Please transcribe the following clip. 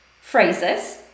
phrases